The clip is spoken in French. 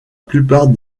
plupart